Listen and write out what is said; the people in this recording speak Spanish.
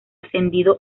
ascendido